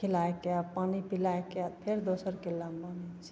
खिलैके पानी पिलैके फेर दोसरके किल्लामे बान्है छिए